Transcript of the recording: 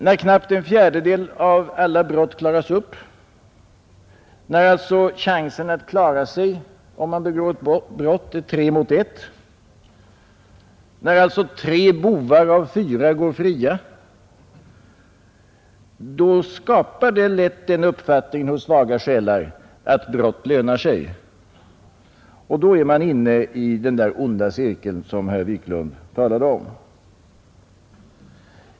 När knappt en fjärdedel av alla brott klaras upp, när chansen att klara sig om man begår ett brott alltså är tre mot ett, när tre bovar av fyra går fria, så skapar det lätt en uppfattning hos svaga själar att brott lönar sig. Och då är vi inne i den onda cirkel som herr Wiklund i Stockholm talade om.